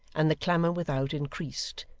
and the clamour without increased,